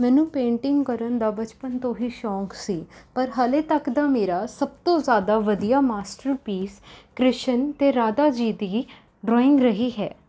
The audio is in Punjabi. ਮੈਨੂੰ ਪੇਂਟਿੰਗ ਕਰਨ ਦਾ ਬਚਪਨ ਤੋਂ ਹੀ ਸ਼ੌਂਕ ਸੀ ਪਰ ਹਲੇ ਤੱਕ ਦਾ ਮੇਰਾ ਸਭ ਤੋਂ ਜ਼ਿਆਦਾ ਵਧੀਆ ਮਾਸਟਰਪੀਸ ਕ੍ਰਿਸ਼ਨ ਅਤੇ ਰਾਧਾ ਜੀ ਦੀ ਡਰਾਇੰਗ ਰਹੀ ਹੈ